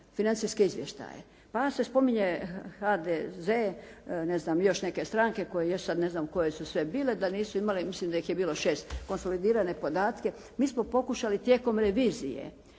financijske izvještaje. Pa se spominje HDZ, ne znam još neke stranke koje jesu, sada ne znam koje su sve bile, da nisu imale, mislim da ih je bilo 6, konsolidirane podatke. Mi smo pokušali tijekom revizije